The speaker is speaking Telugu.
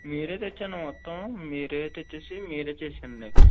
మీరే తెచేయ్యండి మొత్తం మీరే తెచ్చి మీరే చేసెయ్యండి